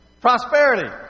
Prosperity